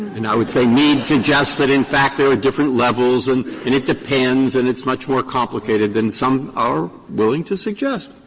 and i would say mead suggests that, in fact, there are different levels and and it depends and it's much more complicated than some are willing to suggest.